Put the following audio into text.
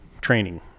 training